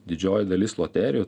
didžioji dalis loterijų